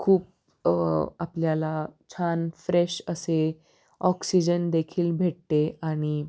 खूप आपल्याला छान फ्रेश असे ऑक्सिजन देखील भेटते आणि